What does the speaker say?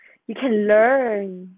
you can learn